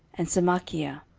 and semachiah.